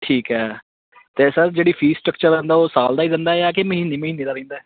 ਠੀਕ ਹੈ ਅਤੇ ਸਰ ਜਿਹੜੀ ਫੀਸ ਸਟੱਕਚਰ ਹੁੰਦਾ ਉਹ ਸਾਲ ਦਾ ਹੀ ਰਹਿੰਦਾ ਜਾਂ ਕਿ ਮਹੀਨੇ ਮਹੀਨੇ ਦਾ ਰਹਿੰਦਾ